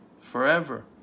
forever